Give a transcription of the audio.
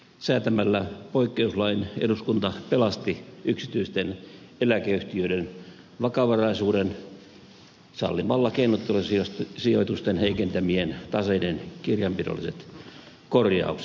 säätämällä poikkeuslain eduskunta pelasti yksityisten eläkeyhtiöiden vakavaraisuuden sallimalla keinottelusijoitusten heikentämien taseiden kirjanpidolliset korjaukset